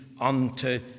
unto